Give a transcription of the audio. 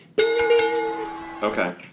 Okay